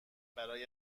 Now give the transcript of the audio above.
برای